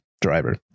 driver